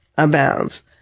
abounds